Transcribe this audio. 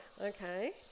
Okay